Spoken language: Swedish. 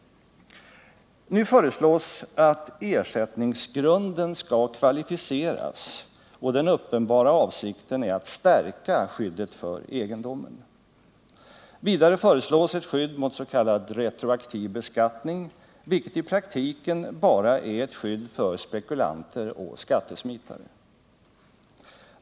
Nu föreslås att ersättningsgrunden skall kvalificeras, och den uppenbara avsikten är att stärka skyddet för egendomen. Vidare föreslås ett skydd mot s.k. rektroaktiv lagstiftning, vilket i praktiken bara är ett skydd för spekulanter och skattesmitare.